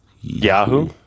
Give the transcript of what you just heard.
Yahoo